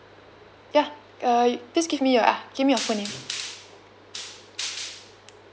ya uh please give me your ah give me your full name